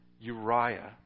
Uriah